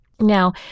Now